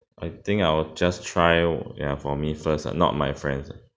I think I will just try ya for me first ah not my friends